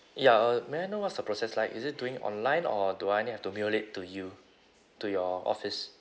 ya uh may I know what's the process like is it doing online or do I only have to mail it to you to your office